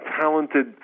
talented